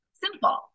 simple